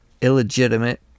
illegitimate